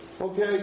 Okay